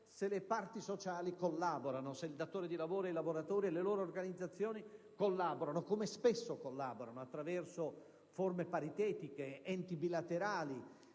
se le parti sociali collaborano, ossia se il datore di lavoro e il lavoratore, le loro organizzazioni, collaborano, come spesso fanno, attraverso forme paritetiche ed enti bilaterali.